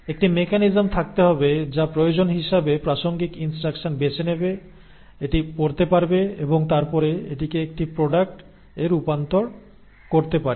একটি মেকানিজম থাকতে হবে যা প্রয়োজন হিসাবে প্রাসঙ্গিক ইনস্ট্রাকশন বেছে নেবে এটি পড়তে পারবে এবং তারপরে এটিকে একটি প্রডাক্ট এ রূপান্তর করতে পারে